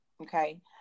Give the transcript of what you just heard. Okay